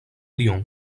lyon